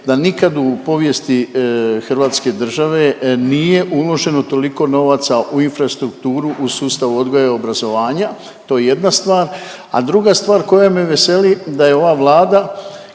da nikad u povijesti hrvatske države nije uloženo toliko novaca u infrastrukturu, u sustav odgoja i obrazovanja to je jedna stvar, a druga stvar koja me veseli da je ova Vlada